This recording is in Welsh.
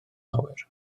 lawer